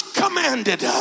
commanded